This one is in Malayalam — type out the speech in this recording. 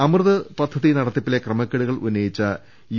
അമൃത് പദ്ധതി നടത്തിപ്പിലെ ക്രമക്കേടുകൾ ഉന്നയിച്ച യു